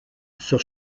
sur